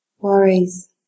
worries